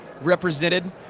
represented